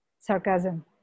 sarcasm